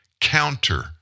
counter